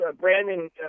Brandon